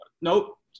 Nope